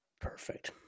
Perfect